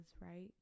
right